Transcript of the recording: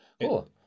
cool